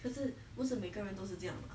可是不是每个人都是这样的吗